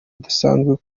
udasanzwe